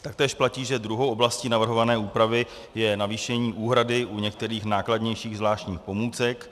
Taktéž platí, že druhou oblastí navrhované úpravy je navýšení úhrady u některých nákladnějších zvláštních pomůcek.